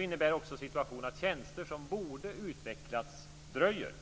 innebär också situationen att tjänster som borde ha utvecklats dröjer.